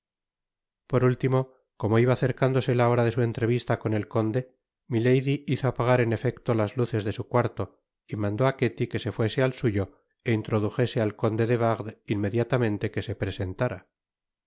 por último como iba acercándose la hora de su entrevista con el conde milady hizo apagar en efecto las luces de su cuarto y mandó á ketty que se fuese al suyo é introdujese al conde de wardes inmediatamente quu se presentara